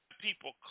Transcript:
people